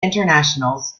internationals